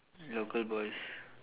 local boys